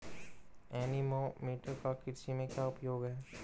Anemometer का कृषि में क्या उपयोग है?